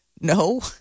No